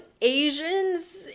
asians